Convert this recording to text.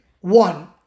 one